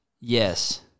Yes